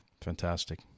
Fantastic